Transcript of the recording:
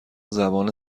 زبان